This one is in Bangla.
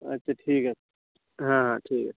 আচ্ছা ঠিক আছে হ্যাঁ হ্যাঁ ঠিক আছে